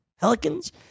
Pelicans